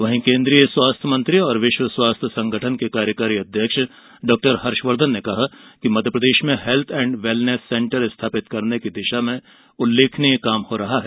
वहीं केन्द्रीय स्वास्थ्य मंत्री और विश्व स्वास्थ्य संगठन के कार्यकारी अध्यक्ष डॉक्टर हर्षवर्धन ने कहा कि मध्यप्रदेश में हेल्ड एंड वेलनेन्स सेंटर स्थापित करने की दिशा में उल्लेखनीय कार्य हो रहा है